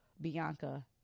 Bianca